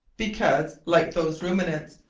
because, like those ruminants,